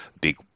big